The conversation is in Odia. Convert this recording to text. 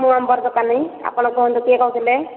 ମୁଁ ଅମ୍ବର ଦୋକାନୀ ଆପଣ କୁହନ୍ତୁ କିଏ କହୁଥିଲେ